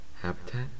Habitat